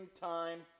time